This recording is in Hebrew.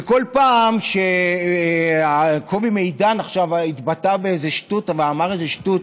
וכל פעם שקובי מידן עכשיו התבטא באיזה שטות ואמר איזה שטות,